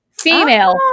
Female